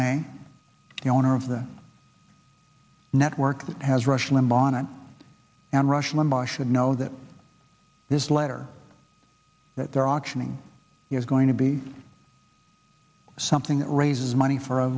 me the owner of the network that has rush limbaugh on it and rush limbaugh should know that this letter that they're optioning is going to be something that raises money for a